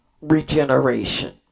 regeneration